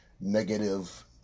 negative